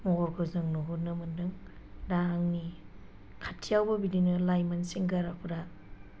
महरखौ जों नुहुरनो मोन्दों दा आंनि खाथियावबो बिदिनो लाइमोन सेंग्राफोरा